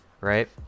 right